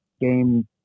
game